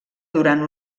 durant